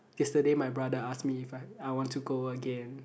yesterday my brother ask me if I I want to go again